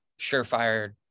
surefire